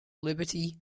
liberty